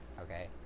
okay